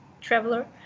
traveler